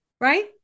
Right